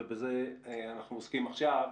ובזה אנחנו עוסקים עכשיו.